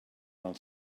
del